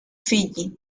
fiyi